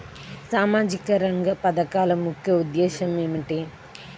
సామాజిక రంగ పథకాల ముఖ్య ఉద్దేశం ఏమిటీ?